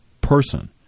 person